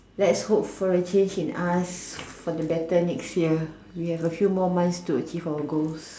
lets hope for a change in us for a better next year we have a few more months to achieve or goals